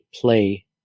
play